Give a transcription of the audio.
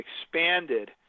expanded